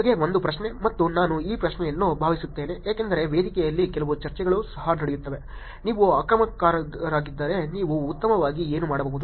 ನಿಮಗೆ ಒಂದು ಪ್ರಶ್ನೆ ಮತ್ತು ನಾನು ಈ ಪ್ರಶ್ನೆಯನ್ನು ಭಾವಿಸುತ್ತೇನೆ ಏಕೆಂದರೆ ವೇದಿಕೆಯಲ್ಲಿ ಕೆಲವು ಚರ್ಚೆಗಳು ಸಹ ನಡೆಯುತ್ತವೆ ನೀವು ಆಕ್ರಮಣಕಾರರಾಗಿದ್ದರೆ ನೀವು ಉತ್ತಮವಾಗಿ ಏನು ಮಾಡಬಹುದು